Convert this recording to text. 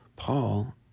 Paul